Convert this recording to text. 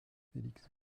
félix